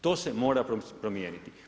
To se mora promijeniti.